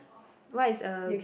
what is a